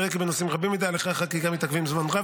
נראה כי בנושאים רבים מדי הליכי החקיקה מתעכבים זמן רב,